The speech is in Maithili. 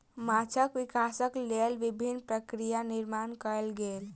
माँछक विकासक लेल विभिन्न प्रक्रिया निर्माण कयल गेल